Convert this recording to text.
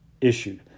issued